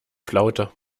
flaute